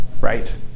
Right